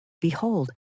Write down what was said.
Behold